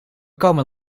komen